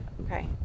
okay